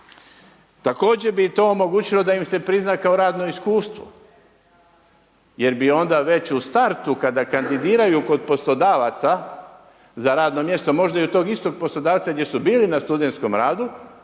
Također bi im to omogućilo da im se prizna kao radno iskustvo jer bi onda već u startu kada kandidiraju kod poslodavaca za radno mjesto, možda i od tog istog poslodavca gdje su bili na studentskom radu,